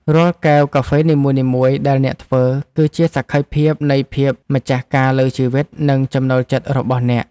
រាល់កែវកាហ្វេនីមួយៗដែលអ្នកធ្វើ គឺជាសក្ខីភាពនៃភាពម្ចាស់ការលើជីវិត និងចំណូលចិត្តរបស់អ្នក។